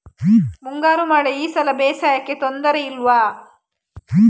ಮುಂಗಾರು ಮಳೆ ಈ ಸಲ ಬೇಸಾಯಕ್ಕೆ ತೊಂದರೆ ಇಲ್ವ?